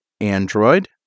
Android